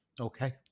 Okay